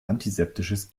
antiseptisches